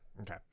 Okay